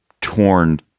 torn